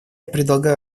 предлагаю